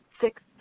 six